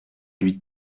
lui